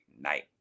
night